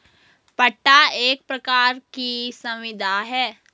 पट्टा एक प्रकार की संविदा है